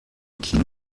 kino